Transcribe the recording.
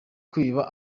kwiba